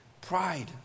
pride